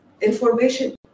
information